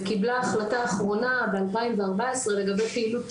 וקיבלה החלטה אחרונה ב-2014 לגבי פעילות